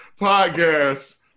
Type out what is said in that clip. Podcast